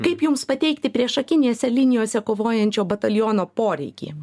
kaip jums pateikti priešakinėse linijose kovojančio bataliono poreikį